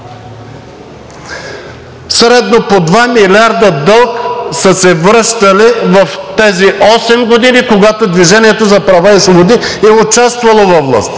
Средно по 2 милиарда дълг са се връщали в тези осем години, когато „Движение за права и свободи“ е участвало във властта.